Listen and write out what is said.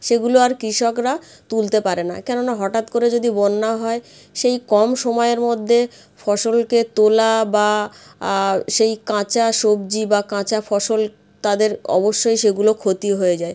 সেগুলো আর কৃষকরা তুলতে পারে না কেননা হঠাৎ করে যদি বন্যা হয় সেই কম সময়ের মধ্যে ফসলকে তোলা বা সেই কাঁচা সবজি বা কাঁচা ফসল তাদের অবশ্যই সেগুলো ক্ষতি হয়ে যায়